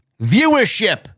Viewership